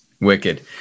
wicked